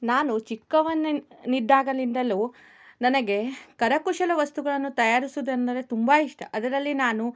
ನಾನು ಚಿಕ್ಕವನಿನಿದ್ದಾಗಲಿಂದಲೂ ನನಗೆ ಕರಕುಶಲ ವಸ್ತುಗಳನ್ನು ತಯಾರಿಸೋದೆಂದರೆ ತುಂಬ ಇಷ್ಟ ಅದರಲ್ಲಿ ನಾನು